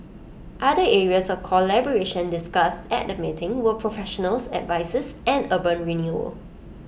other areas of collaboration discussed at the meeting were professional services and urban renewal